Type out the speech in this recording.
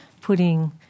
putting